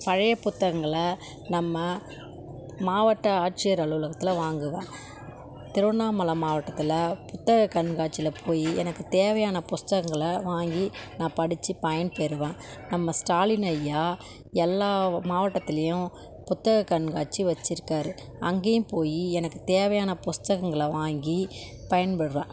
பழையப் புத்தகங்களை நம்ம மாவட்ட ஆட்சியர் அலுவலகத்தில் வாங்குவேன் திருவண்ணாமலை மாவட்டத்தில் புத்தகக் கண்காட்சியில் போய் எனக்குத் தேவையான புஸ்தகங்களை வாங்கி நான் படிச்சு பயன் பெறுவேன் நம்ம ஸ்டாலின் ஐயா எல்லா மாவட்டத்திலையும் புத்தகக் கண்காட்சி வச்சுருக்காரு அங்கேயும் போய் எனக்குத் தேவையான புஸ்தகங்களை வாங்கி பயன்படுகிறேன்